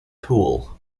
pool